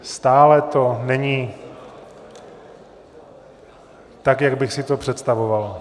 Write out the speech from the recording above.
Stále to není tak, jak bych si to představoval.